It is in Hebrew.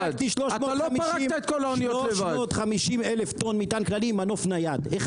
אני פרקתי 350 אלף טון מטען כללי עם מנוף נייד אחד.